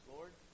Lord